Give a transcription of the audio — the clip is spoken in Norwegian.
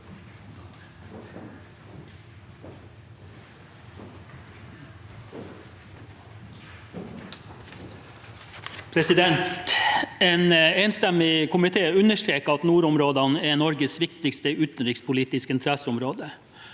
En enstemmig komi- té understreker at nordområdene er Norges viktigste utenrikspolitiske interesseområde.